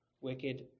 wicked